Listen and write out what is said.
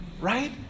Right